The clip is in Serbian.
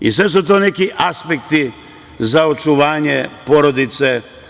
Sve su to neki aspekti za očuvanje porodice.